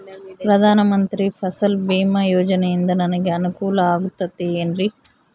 ಪ್ರಧಾನ ಮಂತ್ರಿ ಫಸಲ್ ಭೇಮಾ ಯೋಜನೆಯಿಂದ ನನಗೆ ಅನುಕೂಲ ಆಗುತ್ತದೆ ಎನ್ರಿ?